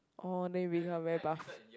orh then you become very buff